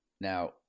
Now